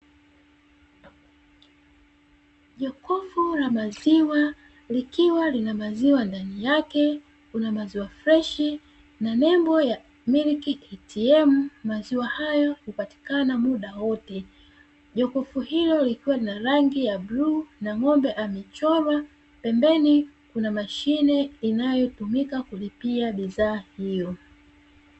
Jokofu la maziwa likiwa lina maziwa ndani yake, kuna maziwa freshi na nembo ya "MILK ATM" maziwa hayo hupatikana muda wote. Jokofu hilo likiwa na rangi ya bluu na ng'ombe amechorwa pembeni kuna mashine inayotumika kulipia bidhaa hiyo.